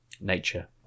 nature